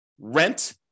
rent